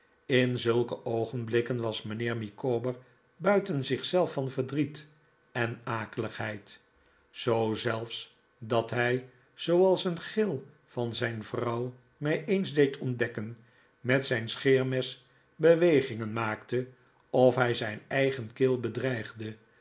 in mike oogcnblikken was mijnheer micawber builen zich zelf van verdriet en akelighcid zoo zelfs dat hij zooals een gil van zijn vrouw mij eens deed onldekken met zijn scheermes bewegingen maakte alsof hij zijn eigen keel bedreigde